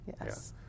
Yes